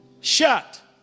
Shut